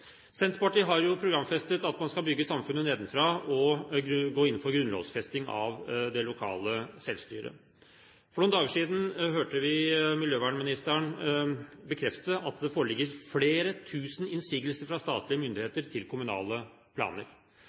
Senterpartiet har programfestet at man skal bygge samfunnet nedenfra og gå inn for grunnlovsfesting av det lokale selvstyret. For noen dager siden hørte vi miljøvernministeren bekrefte at det foreligger flere tusen innsigelser fra statlige myndigheter til kommunale planer.